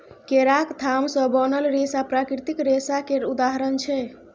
केराक थाम सँ बनल रेशा प्राकृतिक रेशा केर उदाहरण छै